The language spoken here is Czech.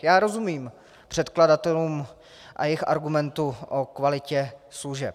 Já rozumím předkladatelům a jejich argumentu o kvalitě služeb.